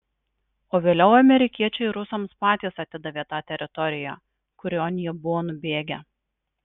o vėliau amerikiečiai rusams patys atidavė tą teritoriją kurion jie buvo nubėgę